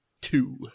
Two